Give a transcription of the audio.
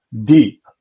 deep